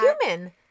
human